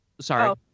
sorry